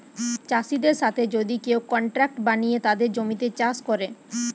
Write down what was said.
চাষিদের সাথে যদি কেউ কন্ট্রাক্ট বানিয়ে তাদের জমিতে চাষ করে